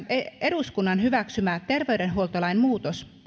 eduskunnan hyväksymä terveydenhuoltolain muutos